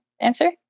answer